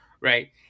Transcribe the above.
Right